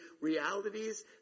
realities